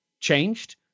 changed